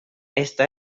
esta